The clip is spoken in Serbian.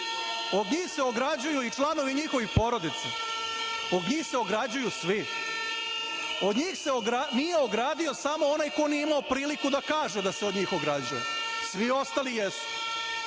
od njih se ograđuju u članovi njihovih porodica, od njih se ograđuju svi. Od njih se nije ogradio samo onaj ko nije imao priliku da kaže da se od njih ograđuje, svi ostali jesu.